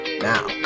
now